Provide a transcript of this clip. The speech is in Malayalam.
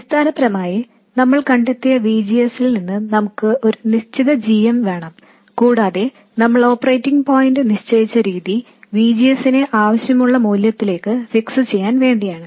അടിസ്ഥാനപരമായി നമ്മൾ കണ്ടെത്തിയ V G Sൽ നിന്നു നമുക്ക് ഒരു നിശ്ചിത g m വേണം കൂടാതെ നമ്മൾ ഓപ്പറേറ്റിംഗ് പോയിന്റ് നിശ്ചയിച്ച രീതി VGSനെ ആവശ്യമുള്ള മൂല്യത്തിലേക്ക് ഫിക്സ് ചെയ്യാൻ വേണ്ടിയാണ്